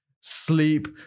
sleep